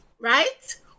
right